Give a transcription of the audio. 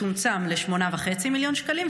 צומצם ל-8.5 מיליון שקלים,